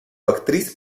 actriz